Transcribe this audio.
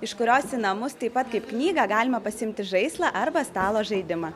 iš kurios į namus taip pat kaip knygą galima pasiimti žaislą arba stalo žaidimą